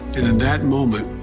and in that moment,